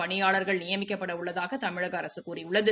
பணியாளர்கள் நியமிக்கப்பட உள்ளதாக தமிழக அரசு கூறியுள்ளது